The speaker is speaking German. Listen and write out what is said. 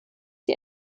die